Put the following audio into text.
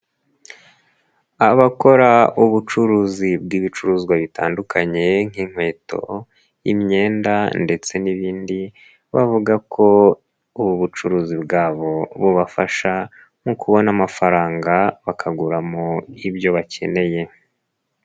Abakora ubucuruzi bw'ibicuruzwa bitandukanye nk'inkweto, imyenda ndetse n'ibindi bavuga ko ubu bucuruzi bwabo bubafasha mu kubona amafaranga bakaguramo ibyo bakeneye.